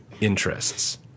interests